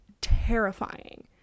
terrifying